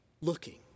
looking